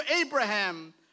Abraham